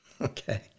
okay